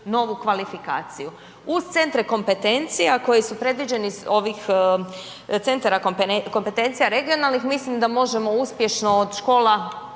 novu kvalifikaciju. Uz centre kompetencije, a koji su predviđeni iz ovih centara kompetencija regionalnih mislim da možemo uspješno od škola